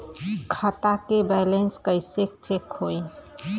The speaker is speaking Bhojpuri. खता के बैलेंस कइसे चेक होई?